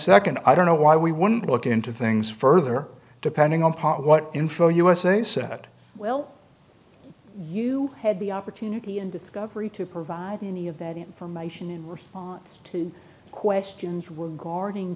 second i don't know why we wouldn't look into things further depending on part of what info usa said well you had the opportunity and discovery to provide any of that information in response to questions regarding